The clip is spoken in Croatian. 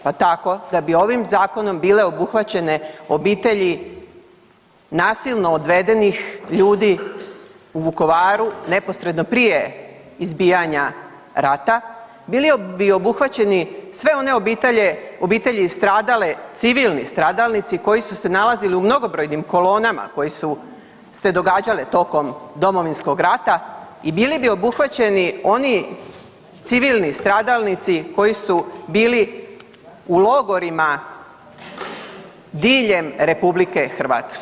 Pa tako da bi ovim zakonom bile obuhvaćene obitelji nasilno odvedenih ljudi u Vukovaru neposredno prije izbijanja rata, bili bi obuhvaćeni sve one obitelji stradale, civilni stradalnici koji su se nalazili u mnogobrojnim kolonama koje su se događale tokom Domovinskog rata i bili bi obuhvaćeni oni civilni stradalnici koji su bili u logorima diljem RH.